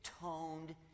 toned